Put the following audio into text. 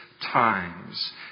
times